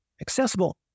accessible